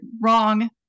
wrong